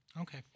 Okay